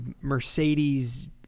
Mercedes